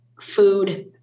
food